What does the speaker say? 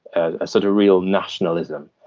a sort of real nationalism,